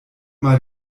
mal